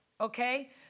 okay